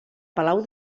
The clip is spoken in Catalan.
palau